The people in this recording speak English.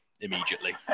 Immediately